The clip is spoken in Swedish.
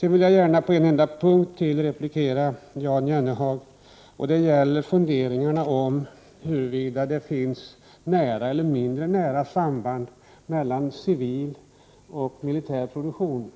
Jag vill också replikera Jan Jennehag på ytterligare en punkt. Det gäller funderingarna om huruvida det är ett nära eller ett mindre nära samband mellan civil och militär produktion.